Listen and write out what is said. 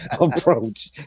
approach